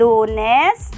Lunes